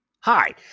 hi